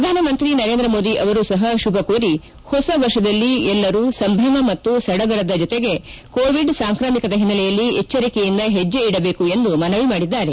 ಪ್ರಧಾನಮಂತ್ರಿ ನರೇಂದ್ರ ಮೋದಿ ಅವರೂ ಸಹ ಶುಭ ಕೋರಿ ಹೊಸ ವರ್ಷದಲ್ಲಿ ಎಲ್ಲರೂ ಸಂಭ್ರಮ ಮತ್ತು ಸಡಗರದ ಜೊತೆಗೆ ಕೋವಿಡ್ ಸಾಂಕ್ರಾಮಿಕದ ಹಿನ್ನೆಲೆಯಲ್ಲಿ ಎಚ್ಚರಿಕೆಯಿಂದ ಹೆಜ್ಜೆ ಇಡಬೇಕು ಎಂದು ಮನವಿ ಮಾಡಿದ್ದಾರೆ